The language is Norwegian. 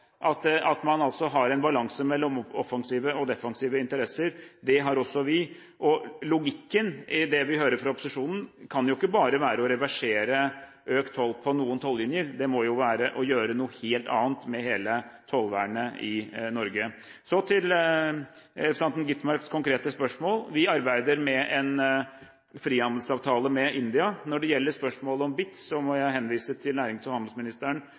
normalt at man har en balanse mellom offensive og defensive interesser. Det har også vi. Logikken i det vi hører fra opposisjonen, kan ikke bare være å reversere økt toll på noen tollinjer, det må være å gjøre noe helt annet med hele tollvernet i Norge. Så til representanten Gitmarks konkrete spørsmål: Vi arbeider med en frihandelsavtale med India. Når det gjelder spørsmålet om BITs, må jeg henvise til nærings- og handelsministeren